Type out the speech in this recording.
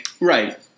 Right